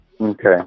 okay